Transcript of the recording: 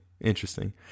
Interesting